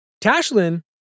Tashlin